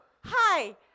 Hi